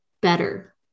better